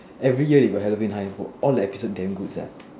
every year you got Halloween hi~ vote all the episode damn good sia